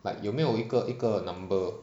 like 有没有一个一个 number